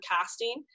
casting